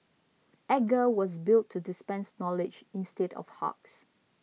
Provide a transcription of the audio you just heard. Edgar was built to dispense knowledge instead of hugs